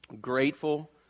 Grateful